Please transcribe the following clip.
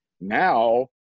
now